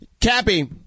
Cappy